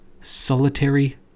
solitary